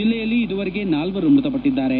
ಜೆಲ್ಲೆಯಲ್ಲಿ ಇದುವರೆಗೆ ನಾಲ್ವರು ಮೃತಪಟ್ಟದ್ದಾರೆ